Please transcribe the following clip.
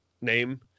name